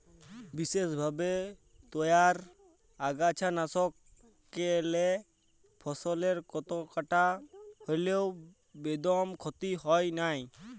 বিসেসভাবে তইয়ার আগাছানাসকলে ফসলের কতকটা হল্যেও বেদম ক্ষতি হয় নাই